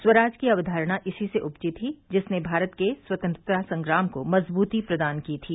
स्वराज की अवधारणा इसी से उपजी थी जिसने भारत के स्वतंत्रता संग्राम को मजबूती प्रदान की थी